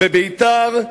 בביתר,